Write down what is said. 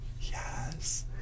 Yes